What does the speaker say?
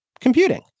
computing